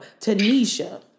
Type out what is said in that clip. Tanisha